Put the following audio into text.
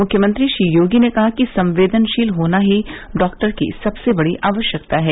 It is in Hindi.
मुख्यमंत्री श्री योगी ने कहा कि संवेदनशील होना ही डॉक्टर की सबसे बड़ी आवश्यकता है